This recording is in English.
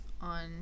on